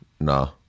No